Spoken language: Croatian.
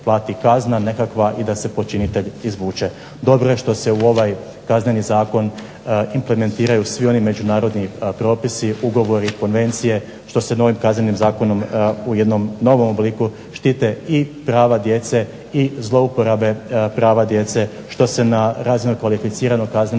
nekakva i da se počinitelj izvuče. Dobro je što se u ovaj Kazneni zakon implementiraju svi oni međunarodni propisi, ugovori, konvencije što se novim Kaznenim zakonom u jednom novom obliku štite i prava djece, i zlouporabe prava djece, i što se na razini kvalificiranog kaznenog